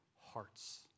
hearts